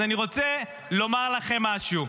אז אני רוצה לומר לכם משהו: